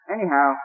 Anyhow